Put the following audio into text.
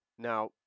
Now